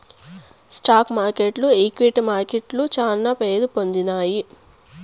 stock మార్కెట్లు equity మార్కెట్లు శానా పేరుపొందినాయి